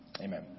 Amen